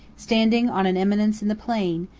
standing on an eminence in the plain,